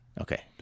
Okay